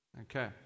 Okay